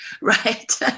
right